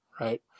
right